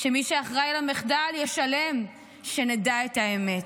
שמי שאחראי למחדל ישלם, שנדע את האמת.